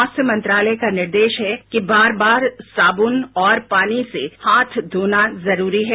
स्वास्थ्य मंत्रालय का निर्देश है कि बार बार साबुन और पानी से हाथ धोना जरूरी है